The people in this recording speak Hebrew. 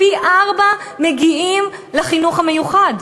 פי-ארבעה מגיעים לחינוך המיוחד.